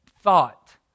thought